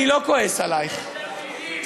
אני לא כועס עלייך, אורן, יש תלמידים.